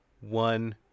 one